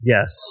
Yes